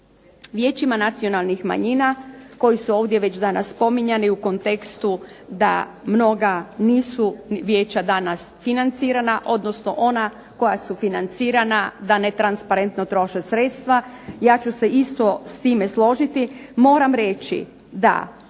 vijećima nacionalnih manjina koji su ovdje već danas spominjani u kontekstu da mnoga nisu vijeća danas financirana odnosno ona koja su financirana da netransparentno troše sredstava. Ja ću se isto s time složiti. Moram reći da